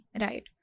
right